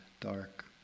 dark